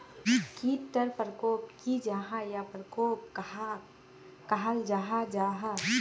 कीट टर परकोप की जाहा या परकोप कहाक कहाल जाहा जाहा?